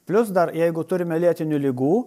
plius dar jeigu turime lėtinių ligų